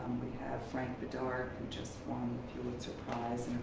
we have frank bidart, who just won pulitzer prize,